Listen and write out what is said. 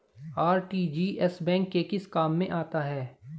RTGS bank के किस काम में आता है?